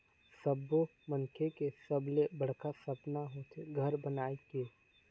सब्बो मनखे के सबले बड़का सपना होथे घर बनाए के